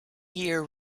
year